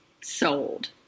sold